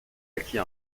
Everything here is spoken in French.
acquis